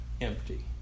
empty